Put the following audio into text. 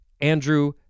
Andrew